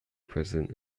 present